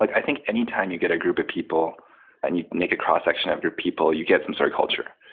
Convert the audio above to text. like i think anytime you get a group of people and you make a cross-section of your people, you get some sort of culture.